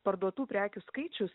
parduotų prekių skaičius